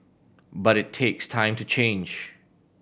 but it takes time to change